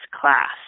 class